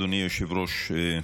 אדוני היושב-ראש,